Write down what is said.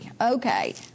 Okay